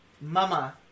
Mama